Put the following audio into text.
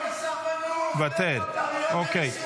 מוותר, אוקיי.